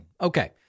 Okay